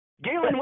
Galen